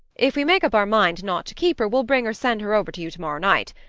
if we make up our mind not to keep her we'll bring or send her over to you tomorrow night.